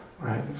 right